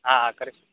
હા હા કરીશ